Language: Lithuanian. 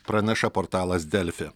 praneša portalas delfi